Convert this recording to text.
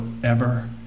forever